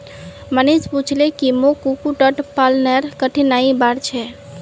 मनीष पूछले की मोक कुक्कुट पालनेर कठिनाइर बार छेक